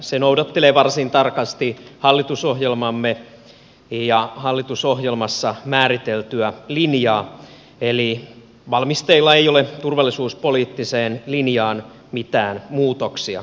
se noudattelee varsin tarkasti hallitusohjelmamme ja hallitusohjelmassa määriteltyä linjaa eli valmisteilla ei ole turvallisuuspoliittiseen linjaan mitään muutoksia